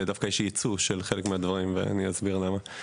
ויש יצוא של חלק מהדברים, ואני אסביר למה.